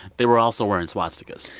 they were also wearing swastikas,